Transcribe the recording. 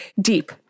deep